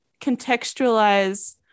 contextualize